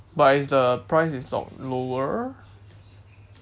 but it's the price is lo~ lower